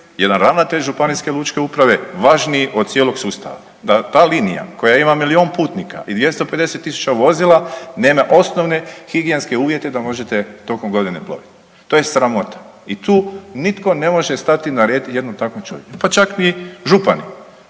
jedan ravnatelj županijske lučke uprave važniji od cijelog sustava, da ta linija koja ima milijun putnika i 250.000 vozila nema osnovne higijenske uvjete da možete tokom godine plovit. To je sramota i tu nitko ne može stati na red jednom takvom čovjeku, pa čak ni župani.